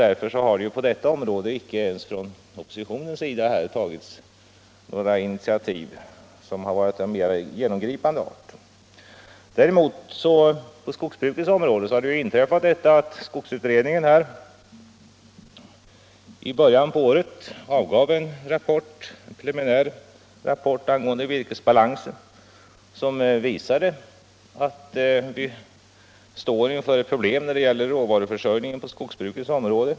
Därför har det på detta område inte ens från oppositionens sida tagits några initiativ av mer genomgripande art. Däremot har det inträffat att skogsutredningen i början av året avgav en preliminär rapport angående virkesbalansen, som visade att vi står inför stora problem när det gäller råvaruförsörjningen i framtiden på skogsbrukets område.